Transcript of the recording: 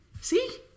See